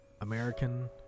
american